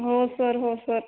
हो सर हो सर